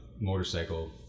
motorcycle